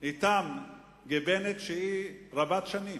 אתם גיבנת רבת-שנים.